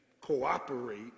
cooperate